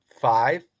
five